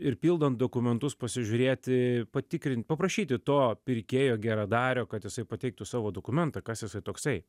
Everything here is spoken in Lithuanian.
ir pildant dokumentus pasižiūrėti patikrint paprašyti to pirkėjo geradario kad jisai pateiktų savo dokumentą kas jisai toksai